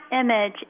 image